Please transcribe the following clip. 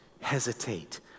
hesitate